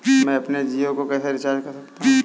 मैं अपने जियो को कैसे रिचार्ज कर सकता हूँ?